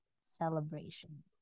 celebration